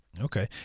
Okay